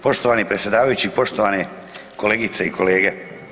Poštovani predsjedavajući, poštovane kolegice i kolege.